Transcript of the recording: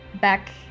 back